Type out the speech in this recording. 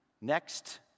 Next